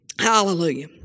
Hallelujah